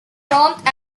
prompt